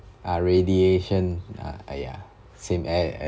ah radiation ah !aiya! same a~